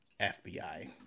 FBI